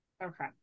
Okay